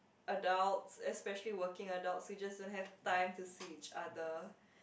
adults especially working adults so you just don't have time to see each other